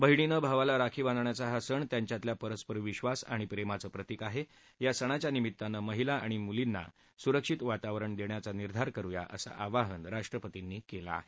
बहीणीनं भावाला राखी बांधण्याचा हा सण त्यांच्यातल्या परस्पर विश्वास आणि प्रेमाचं प्रतिक आहे या सणाच्या निमित्तानं महिला आणि मुलींना सुरक्षित वातावरण देण्याचा निर्धार करुया असं आवाहन राष्ट्रपतींनी केलं आहे